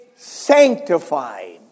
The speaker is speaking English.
Sanctified